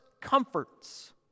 comforts